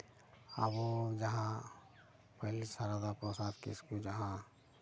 ᱟᱵᱚ ᱡᱟᱦᱟᱸ ᱯᱟᱹᱦᱤᱞ ᱥᱟᱨᱚᱫᱟ ᱯᱨᱚᱥᱟᱫᱽ ᱠᱤᱥᱠᱩ ᱡᱟᱦᱟᱸ